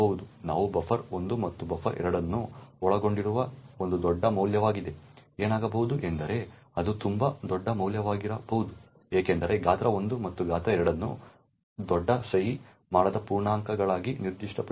ನಾವು ಬಫರ್ 1 ಮತ್ತು ಬಫರ್ 2 ಅನ್ನು ಒಳಗೊಂಡಿರುವ ಒಂದು ದೊಡ್ಡ ಮೌಲ್ಯವಾಗಿದೆ ಏನಾಗಬಹುದು ಎಂದರೆ ಅದು ತುಂಬಾ ದೊಡ್ಡ ಮೌಲ್ಯವಾಗಿರಬಹುದು ಏಕೆಂದರೆ ಗಾತ್ರ 1 ಮತ್ತು ಗಾತ್ರ 2 ಅನ್ನು ದೊಡ್ಡ ಸಹಿ ಮಾಡದ ಪೂರ್ಣಾಂಕಗಳಾಗಿ ನಿರ್ದಿಷ್ಟಪಡಿಸಲಾಗಿದೆ